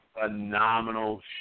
phenomenal